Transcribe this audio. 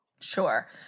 Sure